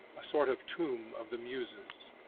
a sort of tomb of the muses.